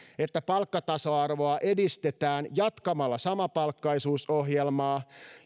että palkkatasa arvoa edistetään jatkamalla samapalkkaisuusohjelmaa